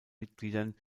mitgliedern